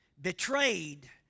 betrayed